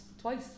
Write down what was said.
twice